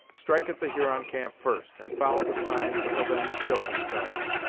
strike at the huron camp first, and follow the signs that will then show themselves.